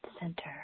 center